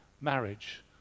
marriage